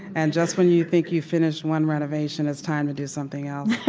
and just when you think you've finished one renovation, it's time to do something else.